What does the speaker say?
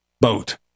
boat